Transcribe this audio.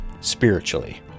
spiritually